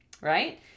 right